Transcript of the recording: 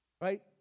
Right